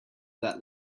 that